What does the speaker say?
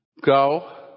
go